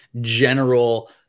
general